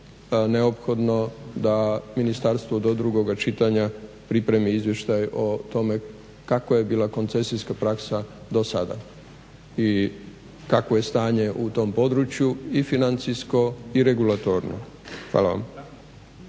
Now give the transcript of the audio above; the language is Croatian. neophodno da ministarstvo do druga čitanja pripremi izvještaj o tome kakva je bila koncesijska praksa do sada i kakvo je stanje u tom području i financijsko i regulatorno. Hvala vam.